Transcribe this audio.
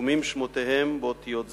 רקומים שמותיהם באותיות זהב.